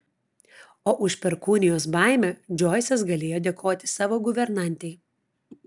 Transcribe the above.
o už perkūnijos baimę džoisas galėjo dėkoti savo guvernantei